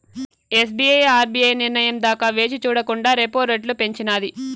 SBI RBI నిర్నయం దాకా వేచిచూడకండా రెపో రెట్లు పెంచినాది